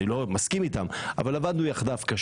אני לא מסכים איתם אבל עבדנו יחדיו קשה